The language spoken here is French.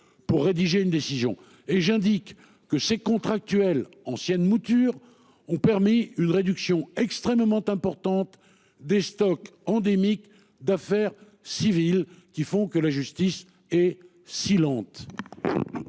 pour rédiger une décision et j'indique que ces contractuels ancienne mouture ont permis une réduction extrêmement importante des stocks endémique d'affaires civiles, qui font que la justice est si lente.